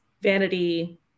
vanity